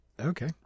Okay